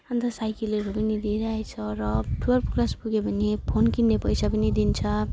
अनि त साइकिलहरू पनि दिइराखेको छ र टुवेल्भ क्लास पुगे भने फोन किन्ने पैसा पनि दिन्छ